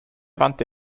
wandte